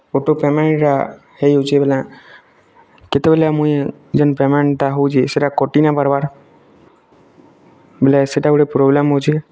auto payment ଏଟା ହେଇ ଯାଉଛେ ବେଲେ କେତେବେଲେ ମୁଇଁ ଯେନ୍ ପେମେଣ୍ଟଟା ହେଉଛି ସେଟା କଟି ନେଇ ପାରବାର୍ ବୋଲେ ସେଟା ଗୁଟେ ପ୍ରୋବ୍ଲେମ୍ ହେଉଛି